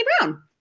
Brown